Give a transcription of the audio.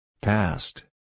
Past